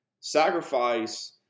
sacrifice